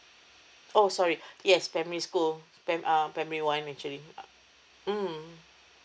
oh sorry yes primary school prim~ uh primary one actually mm